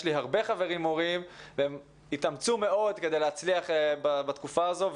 יש לי הרבה חברים מורים שהתאמצו מאוד כדי להצליח בתקופה הזו.